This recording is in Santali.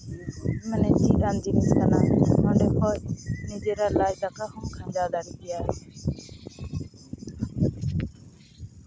ᱢᱟᱱᱮ ᱪᱮᱫ ᱞᱮᱠᱟᱱ ᱡᱤᱱᱤᱥ ᱠᱟᱱᱟ ᱱᱚᱸᱰᱮ ᱠᱷᱚᱱ ᱱᱤᱡᱮᱨᱟᱜ ᱞᱟᱡ ᱫᱟᱠᱟ ᱦᱚᱢ ᱟᱨᱡᱟᱣ ᱫᱟᱲᱮᱭᱟᱜ ᱜᱮᱭᱟ